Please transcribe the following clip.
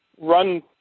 run